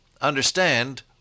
understand